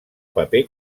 paper